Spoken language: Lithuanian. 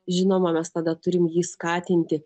žinoma mes tada turim jį skatinti